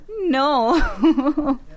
no